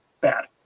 bad